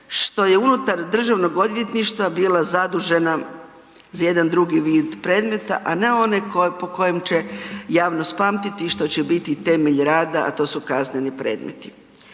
što je unutar Državnog odvjetništva bila zadužena za jedan drugi vid predmeta, a ne one po kojem će javnost pamtiti i što će biti i temelj rada, a to su kazneni predmeti.